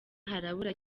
harabura